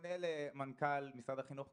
פונה למנכ"ל משרד החינוך,